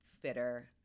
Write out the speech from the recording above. fitter